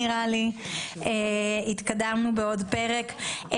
התקדמנו בעוד פרק.